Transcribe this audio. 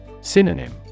Synonym